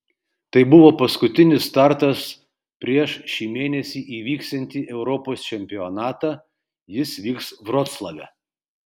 tai buvo paskutinis startas prieš šį mėnesį įvyksiantį europos čempionatą jis vyks vroclave